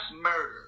murder